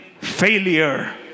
failure